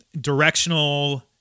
directional